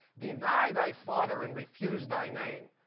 deny thy father and refuse thy name.